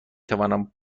توانم